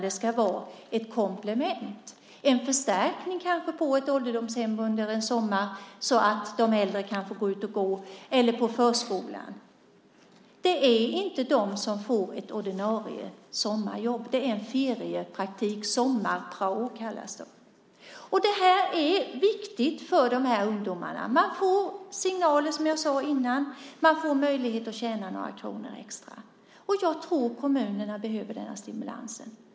De ska vara ett komplement och kanske en förstärkning på ett ålderdomshem under en sommar så att de äldre kan få gå ut och gå, eller på en förskola. Det är inte de som får ett ordinarie sommarjobb. Det är en feriepraktik. Det kallas sommarprao. Detta är viktigt för de här ungdomarna. De får signaler och möjlighet att tjäna några kronor extra. Jag tror att kommunerna behöver den stimulansen.